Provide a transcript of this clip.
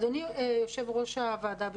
אדוני יושב-ראש הוועדה,